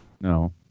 No